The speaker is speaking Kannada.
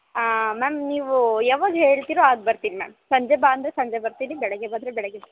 ಮ್ಯಾಮ್ ನೀವು ಯಾವಾಗ ಹೇಳ್ತಿರೋ ಆಗ ಬರ್ತೀನಿ ಮ್ಯಾಮ್ ಸಂಜೆ ಬಾ ಅಂದರೆ ಸಂಜೆ ಬರ್ತೀನಿ ಬೆಳಗ್ಗೆ ಬಂದರೆ ಬೆಳಗ್ಗೆ